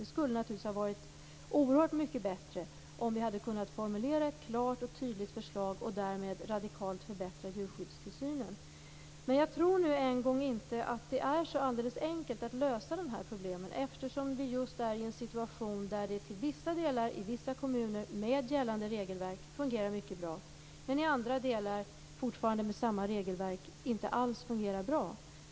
Det skulle naturligtvis ha varit oerhört mycket bättre om vi hade kunnat formulera ett klart och tydligt förslag och därmed radikalt förbättra djurskyddstillsynen. Men jag tror nu inte att det är så alldeles enkelt att lösa de här problemen. Vi har ju en situation där tillsynen till vissa delar och i vissa kommuner med gällande regelverk fungerar mycket bra men i andra delar, fortfarande med samma regelverk, inte alls fungerar bra.